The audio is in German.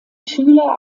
schüler